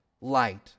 light